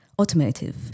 automotive